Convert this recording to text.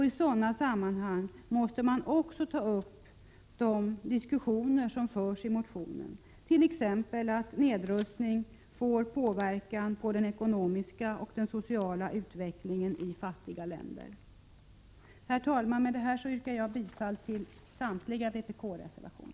I sådana sammanhang måste man också ta upp de diskussioner som förs i motionen, t.ex. att nedrustning får påverkan på den ekonomiska och sociala utvecklingen i fattiga länder. Herr talman! Med detta yrkar jag bifall till samtliga vpk-reservationer.